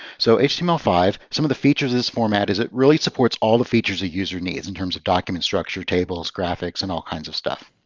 so h t m l five some of the features of this format is it really supports all the features a user needs in terms of document structure, tables, graphics, and all kinds of stuff.